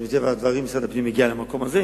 מטבע הדברים משרד הפנים מגיע למקום הזה.